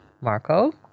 Marco